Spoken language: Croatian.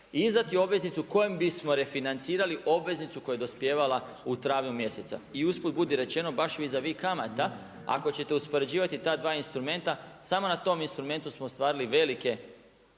izdati obveznicu kojom bismo refinancirali obveznicu koja je dospijevala u travnju mjesecu. I usput budi rečeno, baš vis a vis kamata ako ćete uspoređivati ta dva instrumenta samo na tom instrumentu smo ostvarili velike